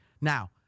Now